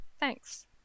thanks